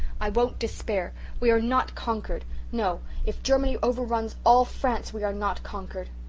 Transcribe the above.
i won't despair. we are not conquered no, if germany overruns all france we are not conquered.